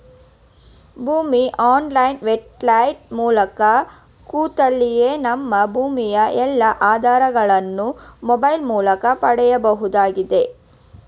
ಭೂಮಿ online website ಮೂಲಕ ಕುಳಿತಲ್ಲಿಯೇ ನಮ್ಮ ಭೂಮಿಯ ಎಲ್ಲಾ ಆಧಾರಗಳನ್ನು ಮೊಬೈಲ್ ಮೂಲಕ ಪಡೆಯಬಹುದಾಗಿದೆ